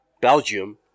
Belgium